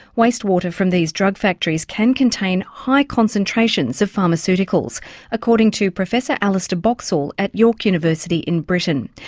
waste water from these drug factories can contain high concentrations of pharmaceuticals according to professor alistair boxall at york university in britain.